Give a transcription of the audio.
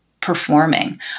performing